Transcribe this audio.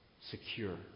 secure